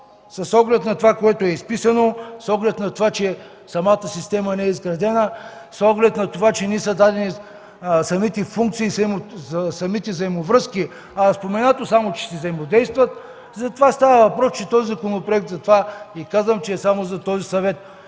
с оглед на това, което е изписано; с оглед на това, че самата система не е изградена; с оглед на това, че не са дадени самите функции и взаимовръзки, а е споменато само, че ще взаимодействат, за това става въпрос и затова казвам, че този законопроект е само за този съвет.